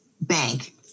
bank